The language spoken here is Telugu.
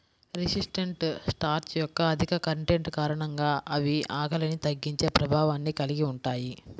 రెసిస్టెంట్ స్టార్చ్ యొక్క అధిక కంటెంట్ కారణంగా అవి ఆకలిని తగ్గించే ప్రభావాన్ని కలిగి ఉంటాయి